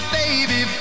baby